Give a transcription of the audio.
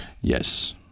Yes